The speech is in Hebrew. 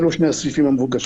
אלו שני הסעיפים המבוקשים.